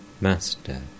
Master